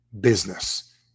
business